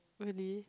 really